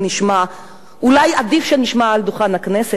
אולי עדיף שנשמע מעל דוכן הכנסת,